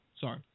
Sorry